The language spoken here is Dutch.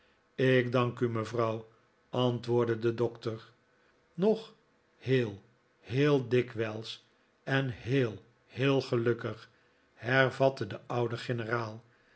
ik dank u mevrouw antwoordde de doctor nog heel heel dikwijls en heel heel gelukkig hervatte de oude generaal